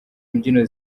mbyino